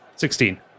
Sixteen